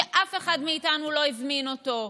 שאף אחד מאיתנו לא הזמין אותו,